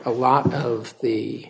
a lot of the